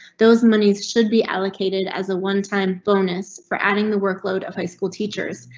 those and monies should be allocated as a one time bonus for adding the workload of high school teachers.